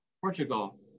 Portugal